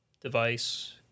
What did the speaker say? device